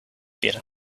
better